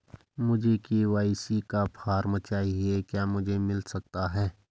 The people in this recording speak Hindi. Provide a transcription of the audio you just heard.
मुझे के.वाई.सी का फॉर्म चाहिए क्या मुझे मिल सकता है?